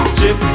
chip